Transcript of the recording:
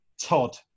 Todd